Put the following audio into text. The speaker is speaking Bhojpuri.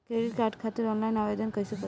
क्रेडिट कार्ड खातिर आनलाइन आवेदन कइसे करि?